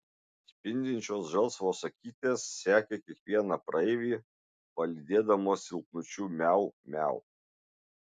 spindinčios žalsvos akytės sekė kiekvieną praeivį palydėdamos silpnučiu miau miau